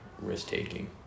risk-taking